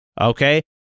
Okay